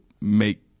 make